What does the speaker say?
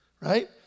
right